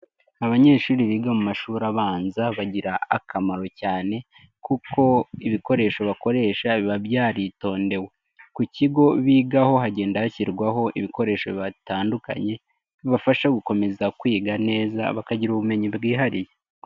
Abanyeshuri biga mu mashuri abanza bagira akamaro cyane kuko ibikoresho bakoresha biba byaritondewe, ku kigo bigaho hagenda hashyirwaho ibikoresho bitandukanye bibafasha gukomeza kwiga neza bakagira ubumenyi bwihariye.